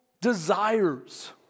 desires